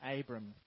Abram